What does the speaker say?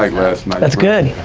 like last night. that's good.